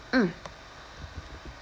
mm